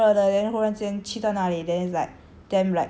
每天都这样热的 leh 忽然间去到那里 then like